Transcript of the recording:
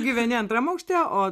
gyveni antram aukšte o